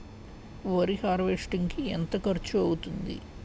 వరి హార్వెస్టింగ్ కి ఎంత ఖర్చు అవుతుంది?